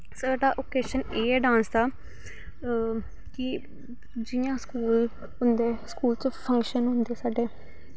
साढ़ा ओकेशन एह् ऐ डांस दा कि जियां स्कूल होंदे स्कूल च फंक्शन होंदे साढ़े